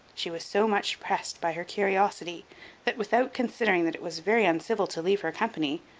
she was so much pressed by her curiosity that, without considering that it was very uncivil to leave her company,